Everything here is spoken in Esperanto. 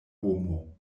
homo